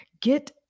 get